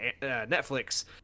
Netflix